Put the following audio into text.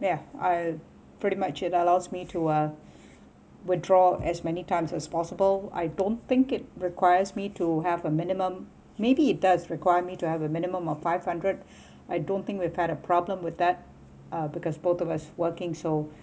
yeah I pretty much it allows me to uh withdraw as many times as possible I don't think it requires me to have a minimum maybe it does require me to have a minimum of five hundred I don't think we had a problem with that uh because both of us working so